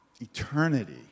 eternity